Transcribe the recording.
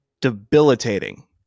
debilitating